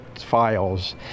files